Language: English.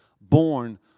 born